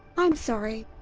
i'm sorry,